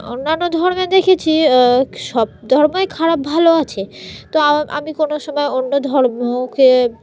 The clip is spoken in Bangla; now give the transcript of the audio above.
অন্যান্য ধর্মে দেখেছি সব ধর্মই খারাপ ভালো আছে তো আ আমি কোনো সময় অন্য ধর্মকে